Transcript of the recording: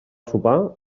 sopar